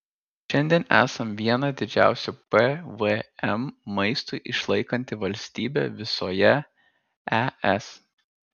šiandien esam vieną didžiausių pvm maistui išlaikanti valstybė visoje es